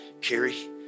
Carrie